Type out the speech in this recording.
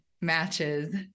matches